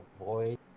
avoid